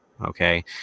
Okay